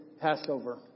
Passover